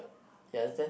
you understand